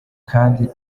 kandi